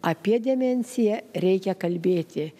apie demenciją reikia kalbėti